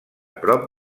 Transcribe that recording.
prop